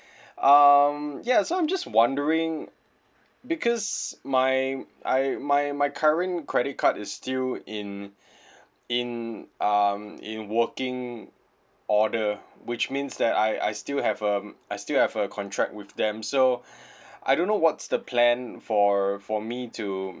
um ya so I'm just wondering because my I my my current credit card is still in in um in working order which means that I I still have um I still have a contract with them so I don't know what's the plan for for me to